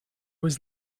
was